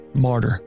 Martyr